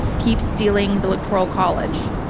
keep stealing the electoral college.